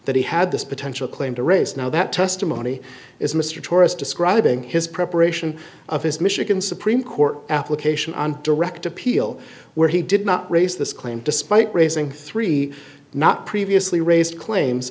that he had this potential claim to race now that testimony is mr tourist describing his preparation of his michigan supreme court application on direct appeal where he did not raise this claim despite raising three not previously raised claims